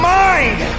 mind